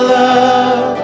love